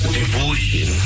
devotion